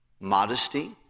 Modesty